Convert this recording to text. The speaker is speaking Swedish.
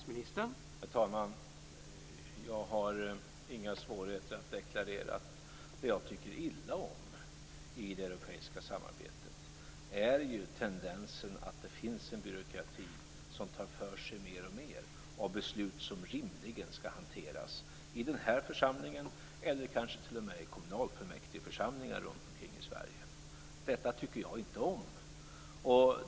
Herr talman! Jag har inga svårigheter att deklarera att det jag tycker illa om i det europeiska samarbetet är tendensen att en byråkrati tar för sig mer och mer av beslut som rimligen skall hanteras i den här församlingen eller kanske t.o.m. i kommunfullmäktigeförsamlingar runt om i Sverige. Detta tycker jag inte om.